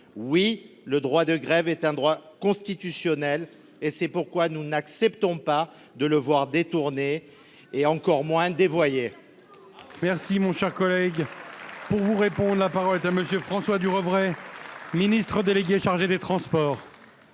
Oui, le droit de grève est un droit constitutionnel ; c’est pourquoi nous n’acceptons pas de le voir détourné, et encore moins dévoyé.